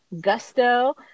gusto